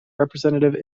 representative